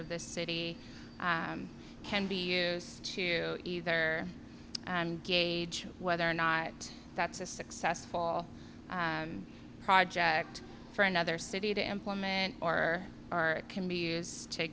of this city can be used to either gauge whether or not that's a successful project for another city to implement or are can be used to